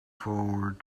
forward